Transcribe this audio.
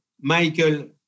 Michael